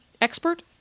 expert